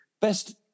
best